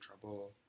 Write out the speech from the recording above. trouble